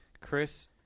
chris